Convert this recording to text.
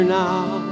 now